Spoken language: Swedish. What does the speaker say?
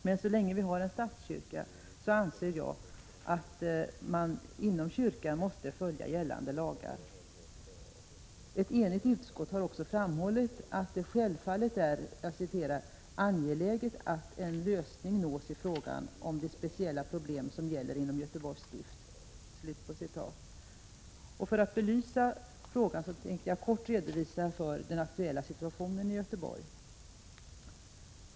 Men så länge vi har en statskyrka anser jag att man inom kyrkan måste följa gällande lagar. Ett enigt utskott har också framhållit att det självfallet är angeläget att en lösning nås i fråga om de speciella problemen i Göteborgs stift. För att belysa frågan tänkte jag i korthet beskriva den aktuella situationen i Göteborg.